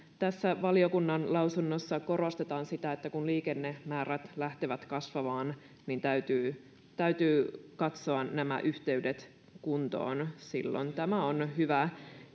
tässä valiokunnan lausunnossa korostetaan sitä että kun liikennemäärät lähtevät kasvamaan niin täytyy täytyy katsoa nämä yhteydet kuntoon silloin tämä on hyvä